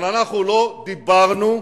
אנחנו לא דיברנו,